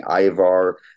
Ivar